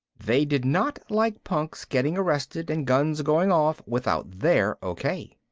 they did not like punks getting arrested and guns going off without their okay.